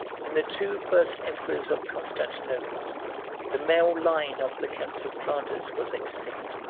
in the two first emperors of constantinople the male line of the counts of flanders was extinct.